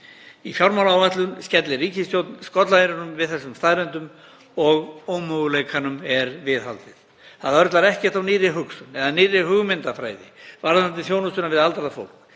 Í fjármálaáætlun skellir ríkisstjórnin skollaeyrum við þessum staðreyndum og ómöguleikanum er viðhaldið. Það örlar ekkert á nýrri hugsun eða nýrri hugmyndafræði varðandi þjónustuna við aldrað fólk.